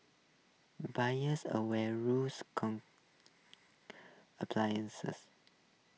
buyers away rules come applies